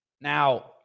Now